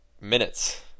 minutes